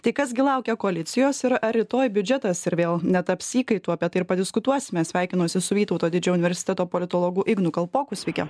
tai kas gi laukia koalicijos ir ar rytoj biudžetas ir vėl netaps įkaitu apie tai ir padiskutuosime sveikinuosi su vytauto didžiojo universiteto politologu ignu kalpoku sveiki